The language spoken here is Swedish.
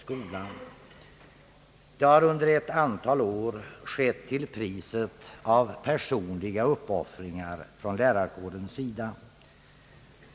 Detta har under ett antal år skett till priset av personliga uppoffringar från lärarkårens sida.